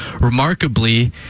Remarkably